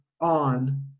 on